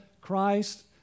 Christ